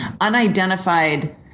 unidentified